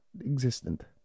existent